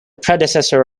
predecessor